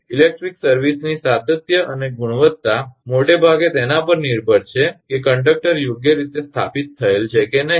electric સર્વિસની સાતત્ય અને ગુણવત્તા મોટા ભાગે તેના પર નિર્ભર છે કે કંડક્ટર યોગ્ય રીતે સ્થાપિત થયેલ છે કે નહીં